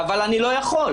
אבל אני לא יכול.